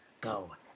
go